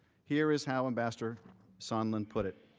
here is how ambassador sondland put it.